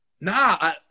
Nah